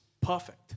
perfect